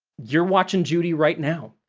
you're watching judy right now.